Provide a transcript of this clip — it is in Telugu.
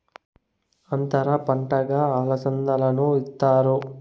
అంతర పంటగా అలసందను ఇత్తుతారు